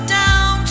down